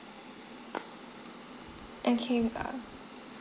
okay err